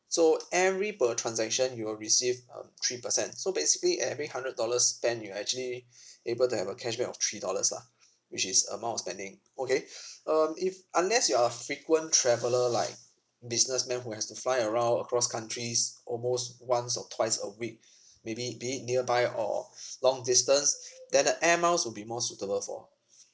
so every per transaction you will receive um three percent so basically every hundred dollars spent you actually able to have a cashback of three dollars lah which is amount of spending okay um if unless you're a frequent traveller like businessmen who has to fly around across countries almost once or twice a week maybe be it nearby or long distance then the air miles will be more suitable for